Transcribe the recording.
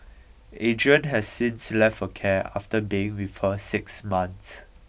Adrian has since left her care after being with her six months